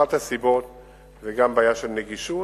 אחת הסיבות היא גם בעיה של נגישות.